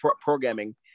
programming